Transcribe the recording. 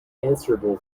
answerable